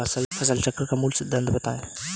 फसल चक्र का मूल सिद्धांत बताएँ?